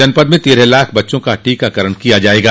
जनपद में तेरह लाख बच्चों का टीकाकरण किया जायेगा